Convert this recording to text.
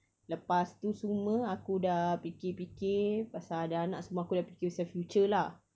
lepas tu semua aku dah fikir fikir pasal ada anak semua aku dah fikir pasal future lah